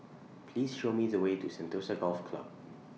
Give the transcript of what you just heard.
Please Show Me The Way to Sentosa Golf Club